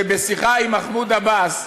שבשיחה עם מחמוד עבאס,